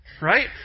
right